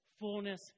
Fullness